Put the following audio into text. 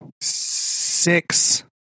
Six